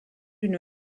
une